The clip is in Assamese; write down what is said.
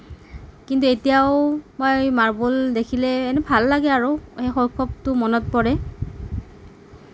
কিন্তু এতিয়াও মই মাৰ্বল দেখিলে ভাল লাগে আৰু সেই শৈশৱটো মনত পৰে